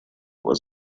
was